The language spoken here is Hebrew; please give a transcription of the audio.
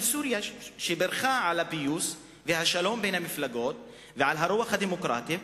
סוריה שבירכה על הפיוס והשלום בין המפלגות ועל הרוח הדמוקרטית,